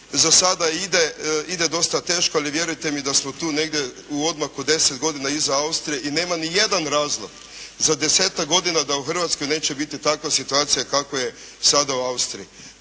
Za sada ide, ide dosta teško, ali vjerujte mi da smo tu negdje u odmaku 10 godina iza Austrije i nema nijedan razlog za desetak godina da u Hrvatskoj neće biti takva situacija kakva je sada u Austriji.